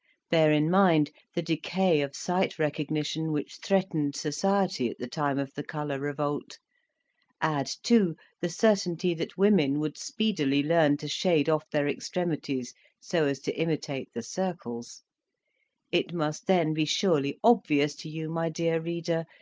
bear in mind the decay of sight recognition which threatened society at the time of the colour revolt add too the certainty that women would speedily learn to shade off their extremities so as to imitate the circles it must then be surely obvious to you, my dear reader,